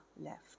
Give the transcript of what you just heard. left